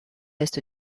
est